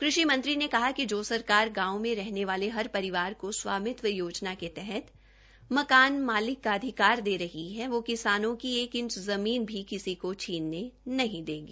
कृषि मंत्री ने कहा कि जो सरकार गांव में रहने वाले हर परिवार को स्वामित्व योजना के तहत मकान का अधिकार दे रही है वो किसानों की एक इंच ज़मीन भी किसी को छीनने नहीं देगी